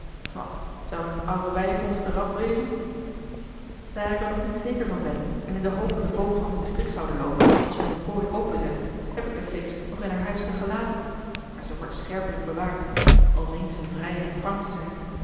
wat zou een oud wijf ons te rap wezen daar ik er nog niet zeker van ben en in de hoop dat de vogels nog in den strik zouden loopen als men de kooi openzette heb ik de feeks nog in haar huisken gelaten maar ze wordt scherpelijk bewaakt al meent ze vrij en frank te zijn